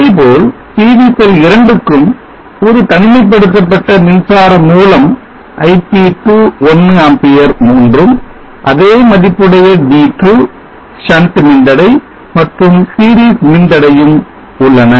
இதேபோல் PV செல் 2 க்கும் ஒரு தனிமைப்படுத்தப்பட்ட மின்சார மூலம் Ip2 1 Amp ஒன்றும் அதே மதிப்புடைய D2 shunt மின்தடை மற்றும் series மின் தடையும் உள்ளன